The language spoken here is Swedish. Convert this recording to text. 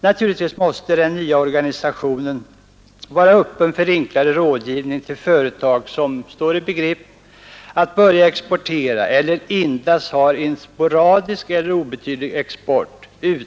Naturligtvis måste den nya organisationen utan abonnemangskrav vara öppen för enklare rådgivning till företag som står i begrepp att börja exportera eller företag som endast har en sporadisk eller obetydlig export.